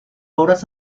obras